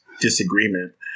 disagreement